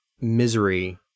misery